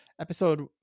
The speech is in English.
episode